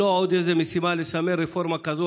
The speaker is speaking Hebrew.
לא עוד איזו משימה לסמן רפורמה כזאת